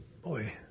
Boy